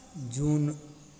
June